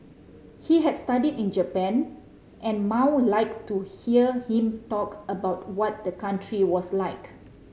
he had studied in Japan and Mao liked to hear him talk about what the country was like